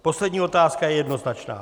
Poslední otázka je jednoznačná.